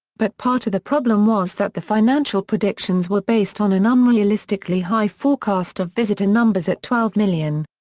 but part of the problem was that the financial predictions were based on an unrealistically high forecast of visitor numbers at twelve million.